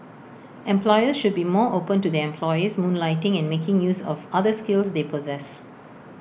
employers should be more open to their employees moonlighting and making use of other skills they possess